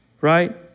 Right